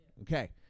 Okay